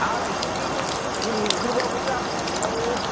आरायस'सो मोनग्रोबाबो जागोनदां लै